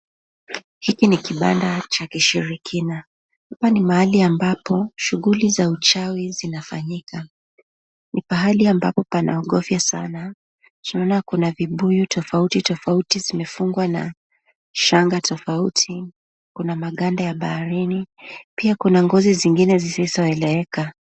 Hiki ni kibanda cha kishirikina, hapa ni mahali ambapo shughuli za uchawi zinafanyika. Ni pahali ambapo panaogofya sana. Tunaona kuna vibuyu tofauti tofauti zimefungwa na shanga tofauti, kuna maganda ya baharini, pia kuna ngozi zingine zisizoeleweka.